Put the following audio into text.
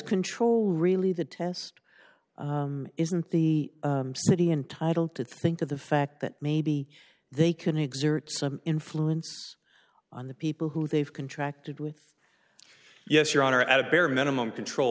control really the test isn't the city entitled to think of the fact that maybe they can exert some influence on the people who they've contracted with yes your honor at a bare minimum control